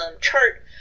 chart